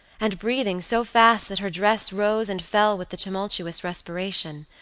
and breathing so fast that her dress rose and fell with the tumultuous respiration.